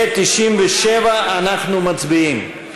ועל 97 אנחנו מצביעים.